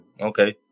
Okay